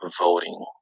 voting